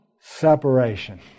separation